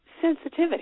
sensitivity